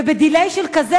וב-delay שכזה,